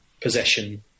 possession